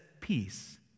Peace